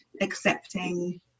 accepting